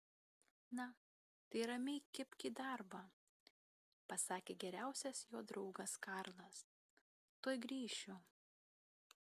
na tai ramiai kibk į darbą pasakė geriausias jo draugas karlas tuoj grįšiu